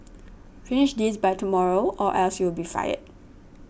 finish this by tomorrow or else you'll be fired